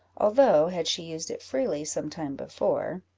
although, had she used it freely some time before,